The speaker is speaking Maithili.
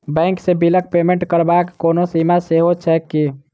बैंक सँ बिलक पेमेन्ट करबाक कोनो सीमा सेहो छैक की?